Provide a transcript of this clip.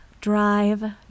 Drive